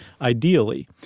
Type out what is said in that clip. ideally